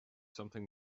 something